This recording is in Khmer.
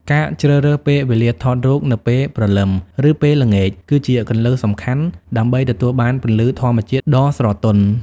ការជ្រើសរើសពេលវេលាថតរូប នៅពេលព្រលឹម ឬពេលល្ងាច គឺជាគន្លឹះសំខាន់ដើម្បីទទួលបានពន្លឺធម្មជាតិដ៏ស្រទន់។